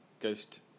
ghost